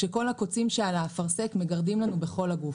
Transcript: כשכל הקוצים שעל האפרסק מגרדים לנו בכל הגוף.